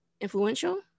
Influential